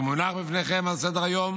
שמונח בפניכם על סדר-היום